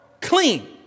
clean